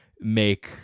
make